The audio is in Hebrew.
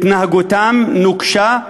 התנהגותם נוקשה,